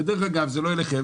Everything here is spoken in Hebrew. דרך אגב, זה לא אליכם.